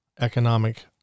economic